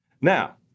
Now